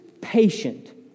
patient